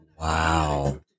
Wow